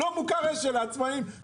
ולא מוכר אש"ל לעצמאים.